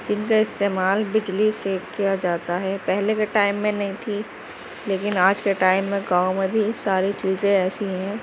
جن کا استعمال بجلی سے کیا جاتا ہے پہلے کے ٹائم میں نہیں تھی لیکن آج کے ٹائم میں گاؤں میں بھی ساری چیزیں ایسی ہیں